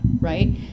right